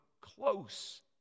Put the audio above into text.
close